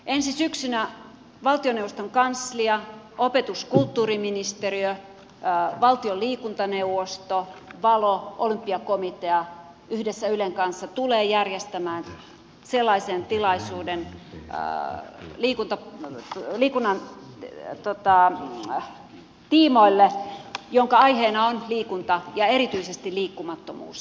ensi syksynä valtioneuvoston kanslia opetus ja kulttuuriministeriö valtion liikuntaneuvosto valo olympiakomitea yhdessä ylen kanssa tulevat järjestämään sellaisen tilaisuuden liikunnan tiimoilta jonka aiheena on liikunta ja erityisesti liikkumattomuus